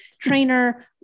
trainer